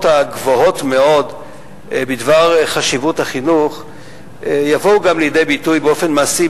הגבוהות מאוד בדבר חשיבות החינוך יבואו גם לידי ביטוי באופן מעשי,